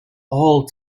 all